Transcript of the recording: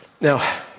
Now